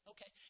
Okay